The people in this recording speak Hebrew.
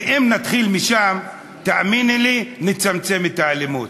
ואם נתחיל משם, תאמיני לי, נצמצם את האלימות.